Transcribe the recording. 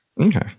okay